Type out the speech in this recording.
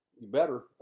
better